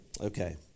Okay